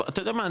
אתה יודע מה,